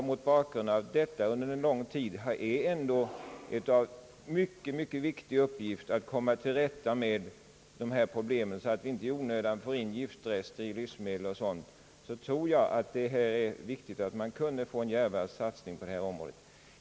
Mot bakgrund av att det under en lång tid kommer att vara en mycket viktig uppgift att komma till rätta med dessa problem, så att vi inte i onödan får in giftrester i livsmedel m.m., tror jag det är av vikt att få till stånd en djärvare satsning på området.